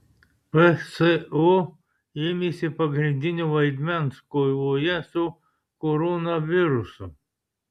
pso ėmėsi pagrindinio vaidmens kovoje su koronavirusu